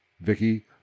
Vicky